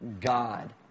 God